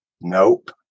Nope